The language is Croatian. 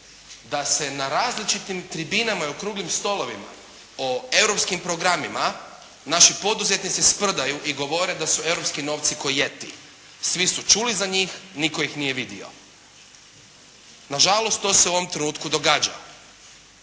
Da se na različitim tribinama i okruglim stolovima o europskim programima naši poduzetnici sprdaju i govore da su europski novci ko "jeti", svi su čuli za njih, nitko ih nije vidio. Na žalost to se u ovom trenutku događa.